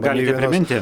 galite praminti